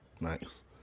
nice